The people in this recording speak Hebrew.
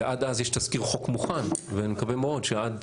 ועד אז יש תזכיר חוק מוכן ואני מקווה מאוד שעד